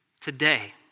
today